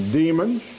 demons